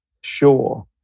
sure